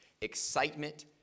excitement